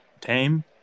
Tame